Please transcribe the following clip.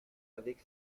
avec